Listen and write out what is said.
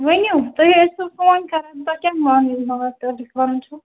ؤنِو تُہۍ ٲسۍ وٕ فون کَرن تۅہہِ کیٛاہ